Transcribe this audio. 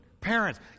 parents